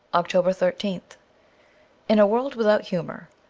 october thirteenth in a world without humour,